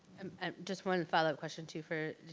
and and just one follow up question, too, for,